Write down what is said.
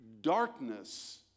darkness